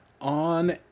on